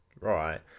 right